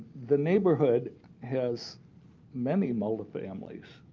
the neighborhood has many multiple families.